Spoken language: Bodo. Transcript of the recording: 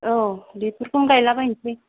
औ बिफोरखौनो गायला बायनोसै